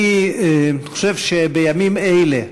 אני חושב שבימים אלה,